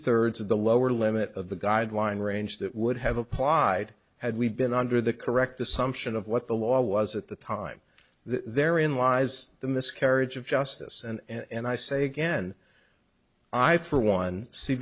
thirds of the lower limit of the guideline range that would have applied had we been under the correct assumption of what the law was at the time therein lies the miscarriage of justice and i say again i for one see